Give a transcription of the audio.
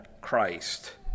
Christ